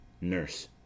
nurse